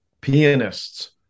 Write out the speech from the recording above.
pianists